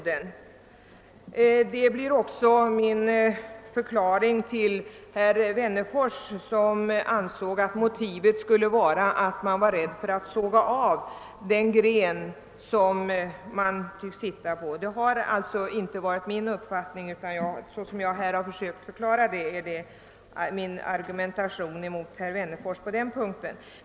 Detta blir också min förklaring till herr Wennerfors. Han menade att motivet mot suppleantsystem skulle vara att man är rädd för att såga av den gren man sitter på. Det har alltså inte varit min uppfattning, utan det som jag här har försökt förklara är min argumentation mot herr Wennerfors på den punkten.